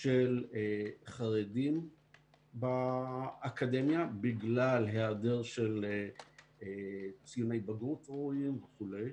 של חרדים באקדמיה בגלל היעדר של ציוני בגרות ראויים וכו'.